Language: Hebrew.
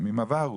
בימים עברו,